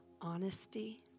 Honesty